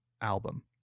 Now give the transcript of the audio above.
album